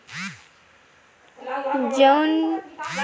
जउन बन के जिनगी ह दू बछर के होथे तउन ह पहिली बछर म पउधा के रूप म होथे